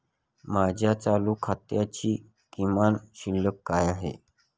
माझ्या चालू खात्याची किमान शिल्लक काय आहे?